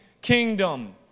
kingdom